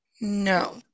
No